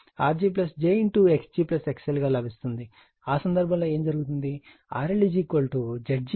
ఆ సందర్భంలో ఏమి జరుగుతుంది RL Zg j XL అవుతుంది